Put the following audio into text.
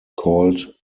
called